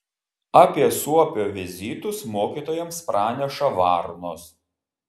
apie suopio vizitus mokytojams praneša varnos